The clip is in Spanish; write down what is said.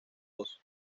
dos